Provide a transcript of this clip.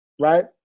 right